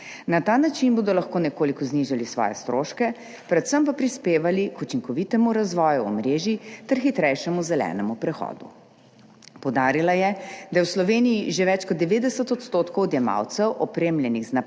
Na ta način bodo lahko nekoliko znižali svoje stroške, predvsem pa prispevali k učinkovitemu razvoju omrežij ter hitrejšemu zelenemu prehodu. Poudarila je, da je v Sloveniji že več kot 90 % odjemalcev opremljenih z naprednimi